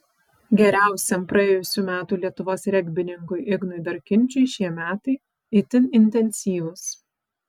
geriausiam praėjusių metų lietuvos regbininkui ignui darkinčiui šie metai itin intensyvūs